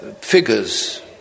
figures